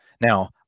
Now